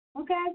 Okay